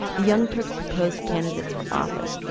the young turks proposed candidates for office.